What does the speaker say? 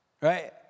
Right